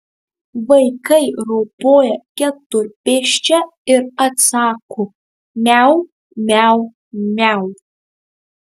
vaikai ropoja keturpėsčia ir atsako miau miau miau